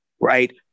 right